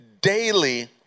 daily